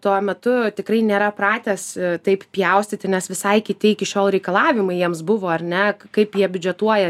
tuo metu tikrai nėra pratęs taip pjaustyti nes visai kiti iki šiol reikalavimai jiems buvo ar ne kaip jie biudžetuoja